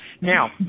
Now